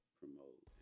promote